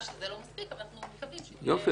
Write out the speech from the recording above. זה לא מספיק אבל אנחנו מקווים שבהמשך.